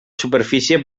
superfície